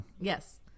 yes